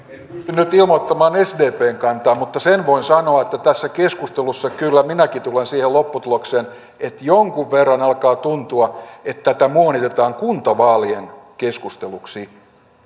nyt ilmoittamaan sdpn kantaa mutta sen voin sanoa että tässä keskustelussa kyllä minäkin tulen siihen lopputulokseen että jonkun verran alkaa tuntua että tätä muonitetaan kuntavaalien keskusteluksi